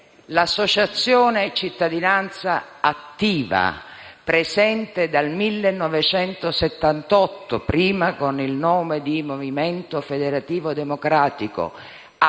l'associazione Cittadinanza attiva, presente dal 1978 (prima con il nome di Movimento federativo democratico)